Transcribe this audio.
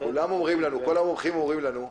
כולם אומרים לנו, כל המומחים אומרים לנו,